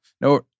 No